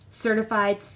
Certified